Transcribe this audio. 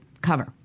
cover